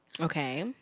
Okay